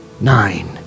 nine